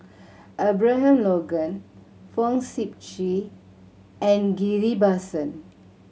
Abraham Logan Fong Sip Chee and Ghillie Basan